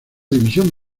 división